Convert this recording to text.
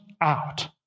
out